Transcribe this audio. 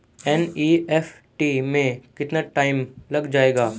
NEFT में कितना time लग जाएगा?